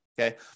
okay